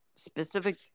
Specific